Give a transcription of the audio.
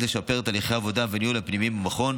לשפר את תהליכי העבודה והניהול הפנימיים במכון.